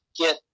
get